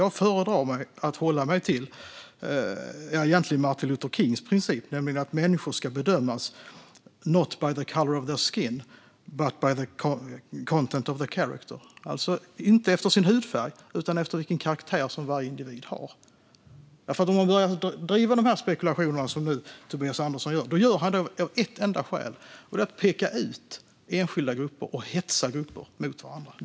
Jag föredrar att hålla mig till det som egentligen var Martin Luther Kings princip: Människor ska bedömas not by the colour of their skin but by the content of their character. Individer ska alltså inte bedömas utifrån sin hudfärg utan utifrån den karaktär som varje individ har. Tobias Andersson driver dessa spekulationer av ett enda skäl; det är att peka ut enskilda grupper och hetsa grupper mot varandra.